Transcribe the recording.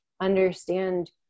understand